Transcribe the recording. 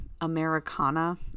Americana